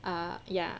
err ya